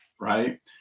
right